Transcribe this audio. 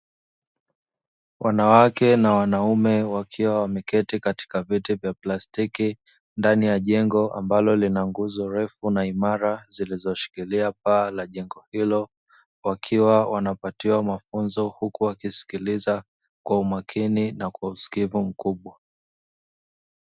Wanawake na wanaume wakiwa wameketi katika vyeti vya plastiki, ndani ya jengo ambalo lina nguzo refu na imara zilizoshikilia paa la jengo hilo, wakiwa wanapatiwa mafunzo huku wakisikiliza kwa umakini na usikivu mkubwa.